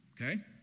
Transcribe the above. Okay